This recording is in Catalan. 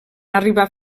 arribar